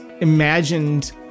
imagined